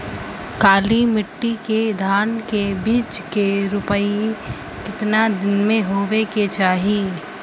काली मिट्टी के धान के बिज के रूपाई कितना दिन मे होवे के चाही?